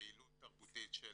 פעילות תרבותית של